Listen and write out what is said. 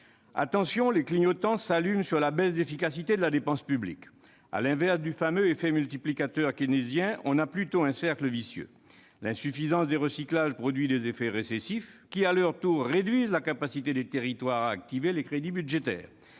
Attention, les clignotants s'allument s'agissant de la baisse d'efficacité de la dépense publique. On assiste non pas au fameux effet multiplicateur keynésien, mais plutôt à un cercle vicieux : l'insuffisance des recyclages produit des effets récessifs, qui, à leur tour, réduisent la capacité des territoires à activer les crédits budgétaires.